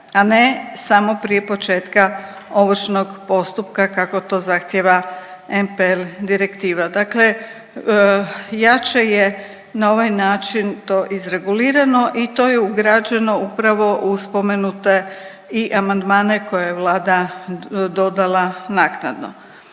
a ne samo prije početka ovršnog postupka, kako to zahtjeva MPL direktiva. Dakle jače je na ovaj način to izregulirano i to je ugrađeno upravo u spomenute i amandmane koje je Vlada dodala naknadno.